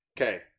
Okay